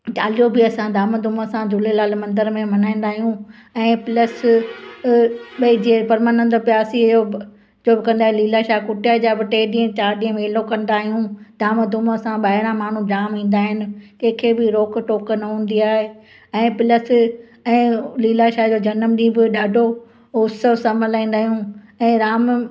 चालीहो बि असां धाम धूम सां झूलेलाल मंदर में मल्हाईंदा आहियूं ऐं प्लस भई जीअं परमानंद प्यासीअ जो कंदा आहियूं लीलाशाह कुटिया जा बि टे ॾींहं चार ॾींहं मेलो कंदा आहियूं धाम धूम सां ॿाहिरां माण्हू जामु ईंदा आहिनि ऐं कंहिं खे बि रोकु टोकु न हूंदी आहे ऐं प्लस ऐं लीलाशाह जो जनमु ॾींहुं बि ॾाढो उत्सव सां मल्हाईंदा आहियूं ऐं राम